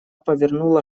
повернула